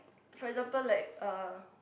for example like uh